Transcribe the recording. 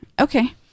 okay